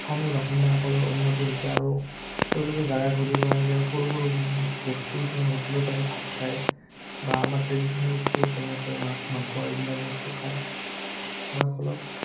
স্থানীয় বাসিন্দাসকলৰ উন্নতি হৈছে আৰু তেওঁলোকে জেগা ঘূৰিব আহিলে সৰু সৰু বস্তু কিছুমান হোটেলত আহি ভাত খায় বা আমাৰ ট্ৰেডিশ্যনেল ফুড যেনেকৈ মাছ মাংস এইবিলাক বস্তু খায় খোৱাৰ ফলত